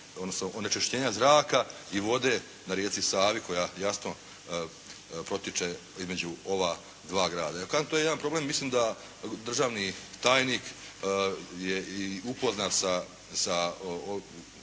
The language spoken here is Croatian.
odnosno onečišćenja zraka i vode na rijeci Savi koja, jasno protječe između ova 2 grada. Jer kažem, to je jedan problem, mislim da državni tajnik je i upoznat sa